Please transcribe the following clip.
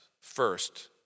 first